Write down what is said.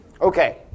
Okay